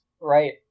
Right